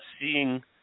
seeing